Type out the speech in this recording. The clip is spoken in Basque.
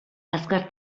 azkar